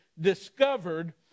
discovered